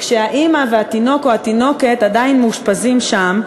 כשהאימא והתינוק או התינוקת עדיין מאושפזים שם,